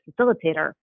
facilitator